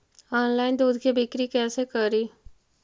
Online दुध के बिक्री कैसे करि?